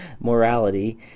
morality